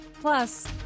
Plus